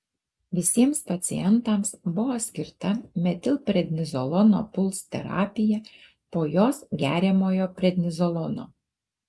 visiems pacientams buvo skirta metilprednizolono puls terapija po jos geriamojo prednizolono